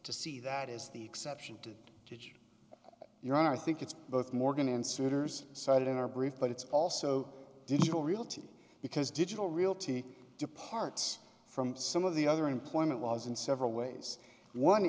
to see that is the exception did you're i think it's both morgan and suitors cited in our brief but it's also digital realty because digital realty departs from some of the other employment laws in several ways one